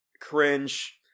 cringe